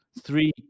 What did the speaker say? three